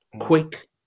quick